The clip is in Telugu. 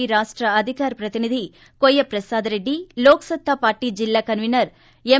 పి రాష్ట అధికార ప్రతినిధి కోయ్య ప్రసాద రెడ్డి లోక్ సత్తా పార్టీ జిల్లా కన్వీనర్ ఎం